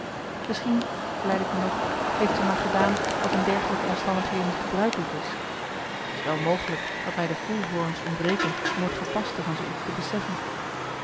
misschien vleide ik me nog heeft ze maar gedaan wat in dergelijke omstandigheden gebruikelijk is t is wel mogelijk dat mij de voelhorens ontbreken om het gepaste van zoo iets te beseffen